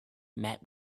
met